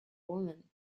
women